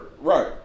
right